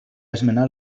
esmenar